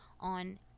on